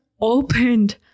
opened